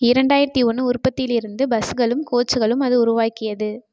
இரண்டாயிரத்தி ஒன்று உற்பத்தியிலிருந்து பஸ்களும் கோச்களும் அது உருவாக்கியது